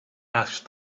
asked